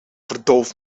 verdoofd